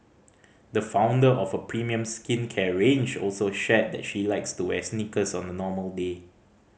the founder of a premium skincare range also shared that she likes to wear sneakers on a normal day